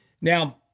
Now